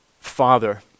father